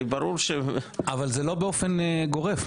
אבל זה לא באופן גורף.